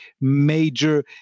major